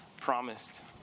promised